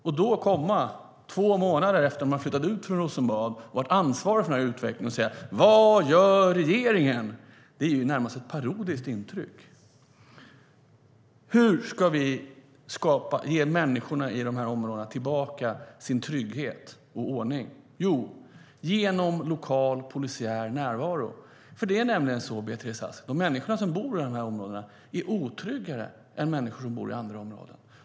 Att då komma, två månader efter att man har flyttat ut från Rosenbad och varit ansvarig för den här utvecklingen, och säga "vad gör regeringen" ger närmast ett parodiskt intryck. Hur ska vi ge människorna i dessa områden deras trygghet och ordning tillbaka? Jo, genom lokal polisiär närvaro. Det är nämligen så, Beatrice Ask, att de människor som bor i de här områdena är otryggare än människor som bor i andra områden.